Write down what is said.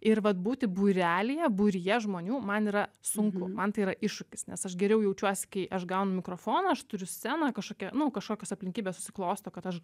ir vat būti būrelyje būryje žmonių man yra sunku man tai yra iššūkis nes aš geriau jaučiuosi kai aš gaunu mikrofoną aš turiu sceną kažkokia nu kažkokios aplinkybės susiklosto kad aš